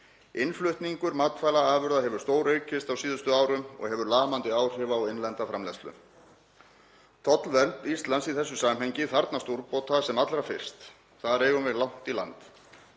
Innflutningur matvælaafurða hefur stóraukist á síðustu árum og hefur lamandi áhrif á innlenda framleiðslu. Tollvernd Íslands í þessu samhengi þarfnast úrbóta sem allra fyrst. Þar eigum við langt í land.